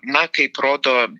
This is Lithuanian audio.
na kaip rodo